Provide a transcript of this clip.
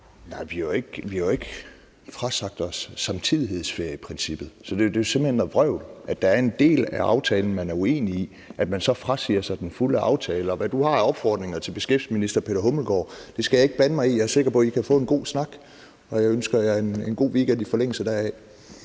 jo ikke frasagt os samtidighedsferieprincippet. Så det er simpelt hen noget vrøvl at sige, at når der er en del af aftalen, man er uenig i, så frasiger man sig den fulde aftale. Og hvad du har af opfordringer til beskæftigelsesminister Peter Hummelgaard, skal jeg ikke blande mig i. Jeg er sikker på, at I kan få en god snak, og jeg ønsker jer en god weekend i forlængelse deraf.